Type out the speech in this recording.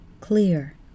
clear